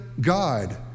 God